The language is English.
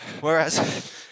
Whereas